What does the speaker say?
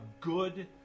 good